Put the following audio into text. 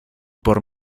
por